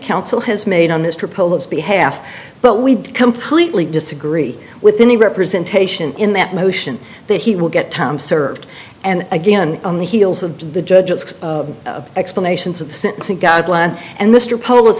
council has made on this proposed behalf but we completely disagree with the representation in that motion that he will get time served and again on the heels of the judge's explanations of the sentencing guidelines and mr po